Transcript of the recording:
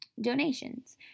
donations